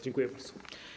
Dziękuję bardzo.